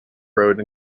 road